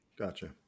Gotcha